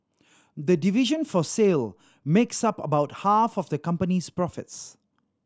the division for sale makes up about half of the company's profit